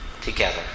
together